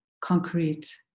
concrete